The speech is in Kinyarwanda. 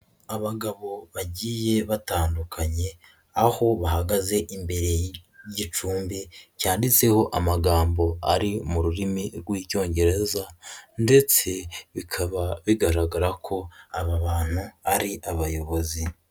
Abagabo bagiye batandukanye, aho bahagaze imbere y'igicumbi cyanditseho amagambo ari mu rurimi rw'Icyongereza ndetse bikaba bigaragara ko aba bantu ari abayobozi.